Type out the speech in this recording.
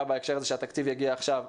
בהקשר הזה שהתקציב יגיע עכשיו מתממשת,